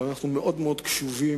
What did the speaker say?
אבל אנחנו מאוד מאוד קשובים